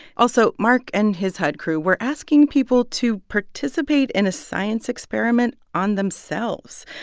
also, mark and his hud crew were asking people to participate in a science experiment on themselves,